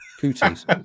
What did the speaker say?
Cooties